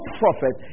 prophet